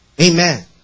Amen